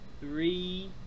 three